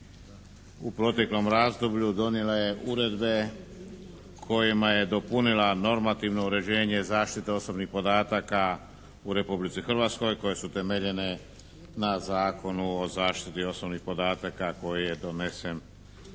u proteklom razdoblju donijela je uredbe kojima je dopunila normativno uređenje zaštite osobnih podataka u Republici Hrvatskoj koje su temeljene na Zakonu o zaštiti osobnih podataka koji je donesen